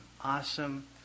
awesome